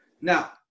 Now